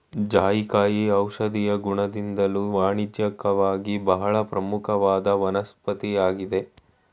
ಜಾಯಿಕಾಯಿ ಔಷಧೀಯ ಗುಣದಿಂದ್ದಲೂ ವಾಣಿಜ್ಯಿಕವಾಗಿ ಬಹಳ ಪ್ರಮುಖವಾದ ವನಸ್ಪತಿಯಾಗಯ್ತೆ